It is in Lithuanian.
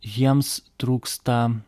jiems trūksta